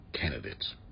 candidates